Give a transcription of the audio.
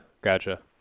gotcha